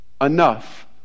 enough